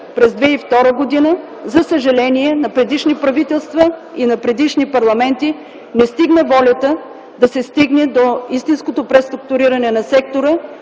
през 2002 г. За съжаление на предишни правителства и на парламенти не стигна волята да се осъществи истинското преструктуриране на сектора.